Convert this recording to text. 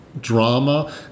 drama